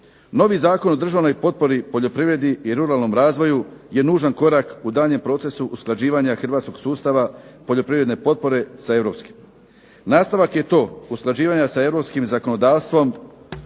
Novi Zakon o državnoj potpori poljoprivredi i ruralnom razvoju je nužan korak u daljnjem procesu usklađivanja hrvatskog sustava poljoprivredne potpore sa europskim. Nastavak je to usklađivanja s europskim zakonodavstvom